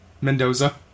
Mendoza